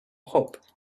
hope